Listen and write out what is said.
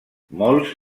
molts